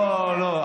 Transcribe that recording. לא, לא.